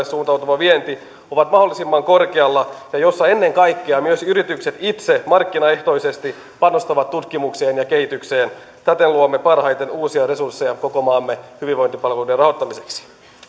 suuntautuva vienti ovat mahdollisimman korkealla ja joilla ennen kaikkea myös yritykset itse markkinaehtoisesti panostavat tutkimukseen ja kehitykseen täten luomme parhaiten uusia resursseja koko maamme hyvinvointipalveluiden rahoittamiseksi